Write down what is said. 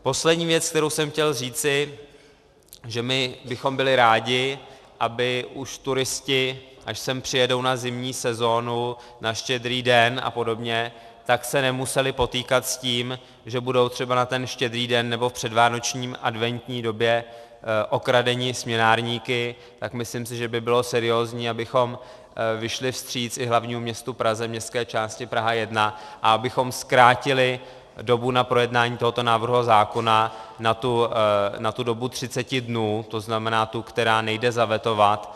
Poslední věc, kterou jsem chtěl říci, že bychom byli rádi, aby už turisté, až sem přijedou na zimní sezónu, na Štědrý den apod., se nemuseli potýkat s tím, že budou třeba na Štědrý den nebo v předvánoční adventní době okradeni směnárníky, tak si myslím, že by bylo seriózní, abychom vyšli vstříc i hlavnímu městu Praze, městské části Praha 1, a abychom zkrátili dobu na projednání tohoto návrhu zákona tu dobu 30 dnů, to znamená tu, která nejde zavetovat.